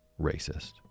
racist